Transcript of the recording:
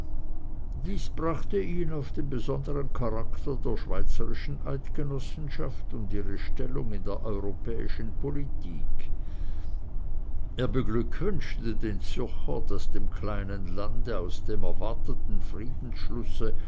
dies brachte ihn auf den besondern charakter der schweizerischen eidgenossenschaft und ihre stellung in der europäischen politik er beglückwünschte den zürcher daß dem kleinen lande aus dem erwarteten friedensschlusse